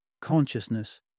consciousness